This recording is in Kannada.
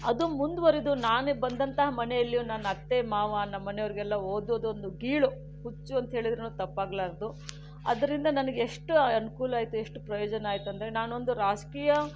ಅದು ಮುಂದುವರೆದು ನಾನು ಬಂದಂತಹ ಮನೆಯಲ್ಲಿಯೂ ನನ್ನ ಅತ್ತೆ ಮಾವ ನಮ್ಮನೆಯವರಿಗೆಲ್ಲ ಓದೋದೊಂದು ಗೀಳು ಹುಚ್ಚು ಅಂತೇಳಿದ್ರುನೂ ತಪ್ಪಾಗಲಾರದು ಅದರಿಂದ ನನಗೆ ಎಷ್ಟು ಅನುಕೂಲ ಆಯಿತು ಎಷ್ಟು ಪ್ರಯೋಜನ ಆಯಿತೆಂದರೆ ನಾನೊಂದು ರಾಜಕೀಯ